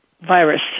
Virus